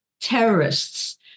terrorists